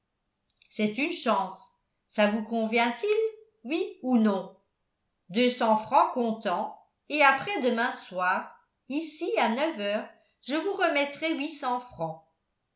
c'est une chance ça vous convient-il oui ou non deux cents francs comptant et après-demain soir ici à neuf heures je vous remettrai huit cents francs